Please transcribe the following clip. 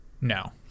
no